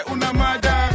Unamada